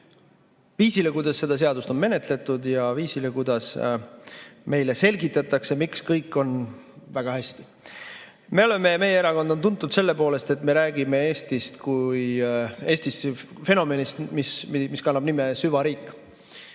viisile, kuidas seda seadust on menetletud, ja viisile, kuidas meile selgitatakse, miks kõik on väga hästi. Meie erakond on tuntud selle poolest, et me räägime Eestist kui fenomenist, mis kannab nime süvariik.